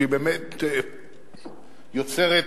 שבאמת יוצרת,